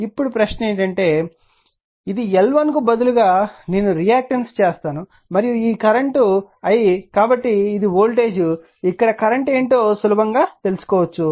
ఇప్పుడు ప్రశ్న ఏమిటంటే నన్ను అలా ఉండనివ్వండి ఇది L1 కి బదులుగా నేను రియాక్టన్స్ చేస్తాను మరియు ఈ కరెంట్ i కాబట్టి ఇది వోల్టేజ్ ఇక్కడ కరెంట్ ఏమిటో సులభంగా తెలుసుకోవచ్చు